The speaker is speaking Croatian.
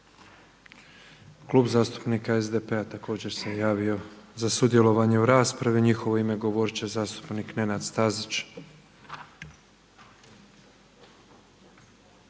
Klub zastupnika SDP-a također se javio za sudjelovanje u raspravi. U njihovo ime govorit će zastupnik Nenad Stazić.